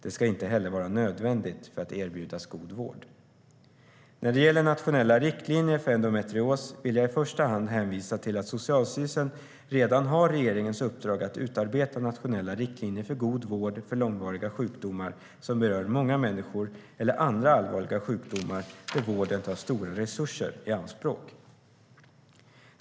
Det ska inte heller vara nödvändigt för att erbjudas god vård. När det gäller nationella riktlinjer för endometrios vill jag i första hand hänvisa till att Socialstyrelsen redan har regeringens uppdrag att utarbeta nationella riktlinjer för god vård för långvariga sjukdomar som berör många människor eller andra allvarliga sjukdomar där vården tar stora resurser i anspråk.